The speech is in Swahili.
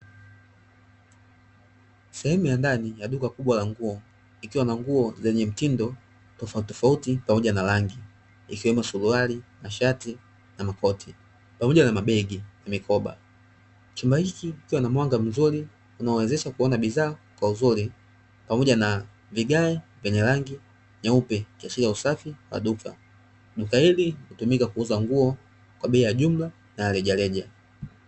shemu ya ndani ya duka kubwa la nguo likiwa na nguo zenye mitindo tofauti tofauti pamoja na rangi ikiwemon suruali, mashati na makoti, pamoja na mabegi na mikoba chumba hichi kikiwa na mwanga mzuri unachowezesha kuona bidhaa kwa uzuri ,pamojab na vigae vya rangi nyeupe kuashiri usafi wa duka duka hili hutumika kuuza nguo kwa bei ya jumla na rejareja.